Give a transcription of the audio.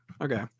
Okay